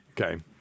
Okay